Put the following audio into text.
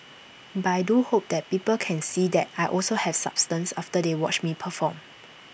but I do hope that people can see that I also have substance after they watch me perform